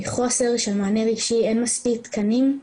ומחוסר של מענה רגשי אין מספיק תקנים.